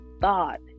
thought